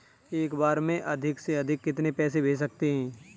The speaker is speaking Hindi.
एक बार में अधिक से अधिक कितने पैसे भेज सकते हैं?